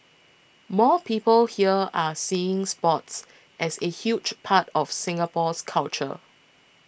more people here are seeing sports as a huge part of Singapore's culture